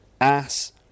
ass